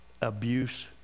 abuse